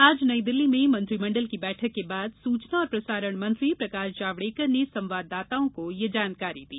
आज नई दिल्ली में मंत्रिमंडल की बैठक के बाद सूचना और प्रसारण मंत्री प्रकाश जावड़ेकर ने संवाददाताओं को यह जानकारी दी